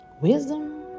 Wisdom